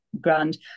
grand